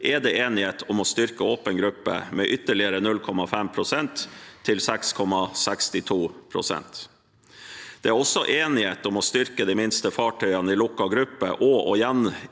er det enighet om å styrke åpen gruppe med ytterligere 0,5 pst. – til 6,62 pst. Det er også enighet om å styrke de minste fartøyene i lukket gruppe og igjen